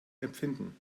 empfinden